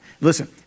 Listen